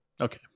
Okay